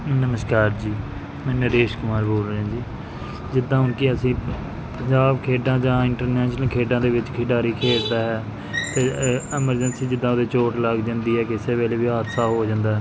ਨਮਸਕਾਰ ਜੀ ਮੈਂ ਨਰੇਸ਼ ਕੁਮਾਰ ਬੋਲ ਰਿਹਾ ਜੀ ਜਿੱਦਾਂ ਹੁਣ ਕਿ ਅਸੀਂ ਪੰਜਾਬ ਖੇਡਾਂ ਜਾਂ ਇੰਟਰਨੈਸ਼ਨਲ ਖੇਡਾਂ ਦੇ ਵਿੱਚ ਖਿਡਾਰੀ ਖੇਡਦਾ ਹੈ ਅਤੇ ਐਮਰਜੰਸੀ ਜਿੱਦਾਂ ਉਹਦੇ ਚੋਟ ਲੱਗ ਜਾਂਦੀ ਹੈ ਕਿਸੇ ਵੇਲੇ ਵੀ ਹਾਦਸਾ ਹੋ ਜਾਂਦਾ ਹੈ